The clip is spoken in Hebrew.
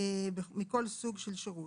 מכל סוג של שירות,